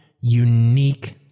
unique